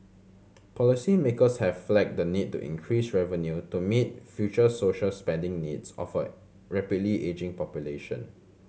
policymakers have flagged the need to increase revenue to meet future social spending needs of a rapidly ageing population